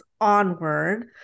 onward